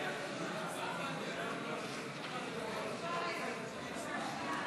חוק המועצה לענף הלול (ייצור ושיווק) (תיקון מס' 17),